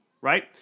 right